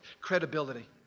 credibility